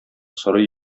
сорый